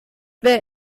wer